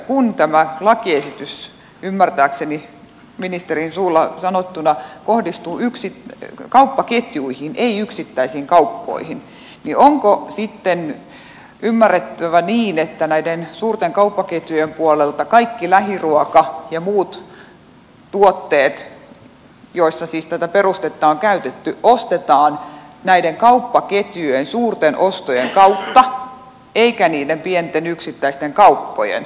kun tämä lakiesitys ymmärtääkseni ministerin suulla sanottuna kohdistuu kauppaketjuihin ei yksittäisiin kauppoihin niin onko sitten ymmärrettävä niin että näiden suurten kauppaketjujen puolelta kaikki lähiruoka ja muut tuotteet joissa siis tätä perustetta on käytetty ostetaan näiden kauppaketjujen suurten ostojen kautta eikä niiden pienten yksittäisten kauppojen